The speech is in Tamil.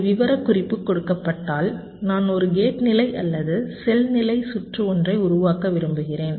ஒரு விவரக்குறிப்பு கொடுக்கப்பட்டால் நான் ஒரு கேட் நிலை அல்லது செல் நிலை சுற்று ஒன்றை உருவாக்க விரும்புகிறேன்